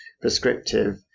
prescriptive